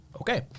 Okay